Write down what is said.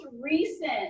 recent